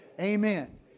Amen